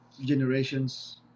generations